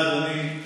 בבקשה, אדוני.